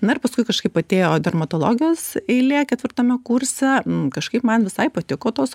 na ir paskui kažkaip atėjo dermatologijos eilė ketvirtame kurse nu kažkaip man visai patiko tos